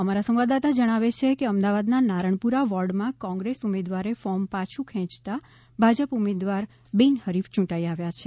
અમારા સંવાદદાતા જણાવે છે કે અમદાવાદના નારણપુરા વોર્ડમાં કોંગ્રેસ ઉમેદવારે ફોર્મ પાછું ખેંચતા ભાજપ ઉમેદવાર બિનહરીફ યૂંટાઈ આવ્યા છે